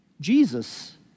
Jesus